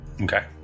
okay